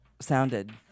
sounded